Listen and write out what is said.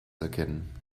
erkennen